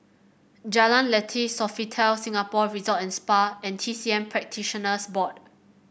Jalan Lateh Sofitel Singapore Resort and Spa and T C M Practitioners Board